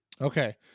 okay